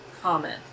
comment